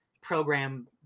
program